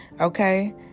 Okay